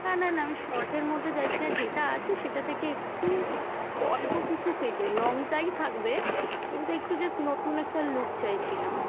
না না না আমি শর্টের মধ্যে চাইছি না যেটা আছে সেটা থেকে একটু অল্প কিছু কেটে লংটাই থাকবে কিন্তু একটু জাস্ট নতুন একটা লুক চাইছিলাম